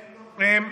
הם,